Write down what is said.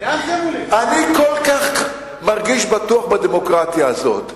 אני מרגיש כל כך בטוח בדמוקרטיה הזאת,